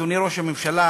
אדוני ראש הממשלה,